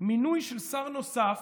מינוי של שר נוסף,